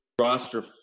roster